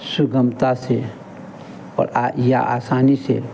सुगमता से और आ या आसानी से